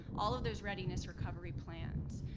all of those readiness recovery plans.